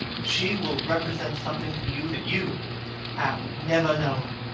she will represent something to you that you have never known.